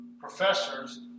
professors